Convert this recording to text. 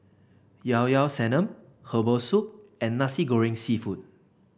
Llao Llao Sanum Herbal Soup and Nasi Goreng seafood